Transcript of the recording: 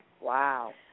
Wow